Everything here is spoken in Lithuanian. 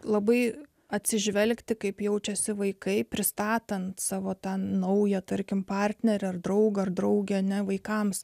labai atsižvelgti kaip jaučiasi vaikai pristatant savo tą naują tarkim partnerį ar draugą ar draugę ne vaikams